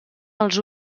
els